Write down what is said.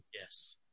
Yes